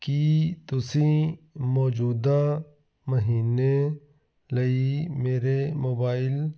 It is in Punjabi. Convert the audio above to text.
ਕੀ ਤੁਸੀਂ ਮੌਜੂਦਾ ਮਹੀਨੇ ਲਈ ਮੇਰੇ ਮੋਬਾਈਲ